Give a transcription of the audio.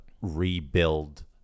rebuild